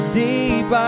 deep